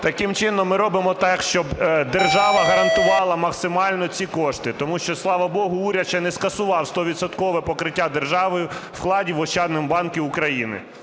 таким чином ми робимо так, щоб держава гарантувала максимально ці кошти, тому що, слава богу, уряд ще не скасував стовідсоткове покриття державою вкладів в Ощадному банку України.